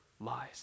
lies